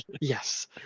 yes